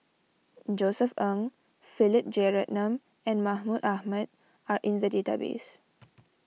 Josef Ng Philip Jeyaretnam and Mahmud Ahmad are in the database